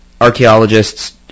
archaeologists